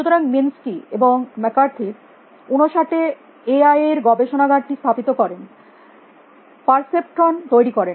সুতরাং মিনসকি এবং ম্যাককার্থে 59 এ এআই এর গবেষনাগারটি স্থাপিত করেন পারসেপট্রন তৈরী করেন